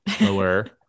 lower